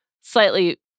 slightly